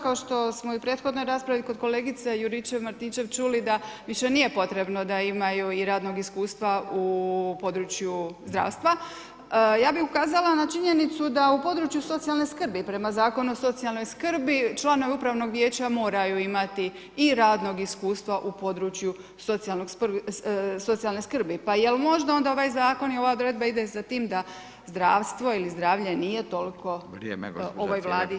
Kao što smo i u prethodnoj raspravi kod kolegice Juričev-Marinčev čuli da više nije potrebno da imaju i radnog iskustva u području zdravstva, ja bi ukazala na činjenicu da u području socijalne skrbi prema Zakonu o socijalnoj skrbi članovi upravnog vijeća moraju imati i radnog iskustva u području socijalne skrbi, pa jel možda onda ovaj zakon i ova odredba ide za tim da zdravstvo ili zdravlje nije toliko [[Upadica: Vrijeme.]] ovoj Vladi bitno.